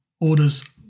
orders